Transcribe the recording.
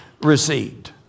received